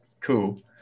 cool